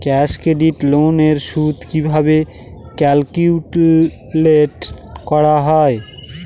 Cash credit loan এর সুদ কিভাবে ক্যালকুলেট করা হয়?